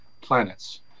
planets